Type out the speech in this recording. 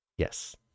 Yes